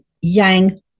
yang